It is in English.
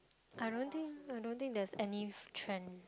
I don't think I don't think there is any trend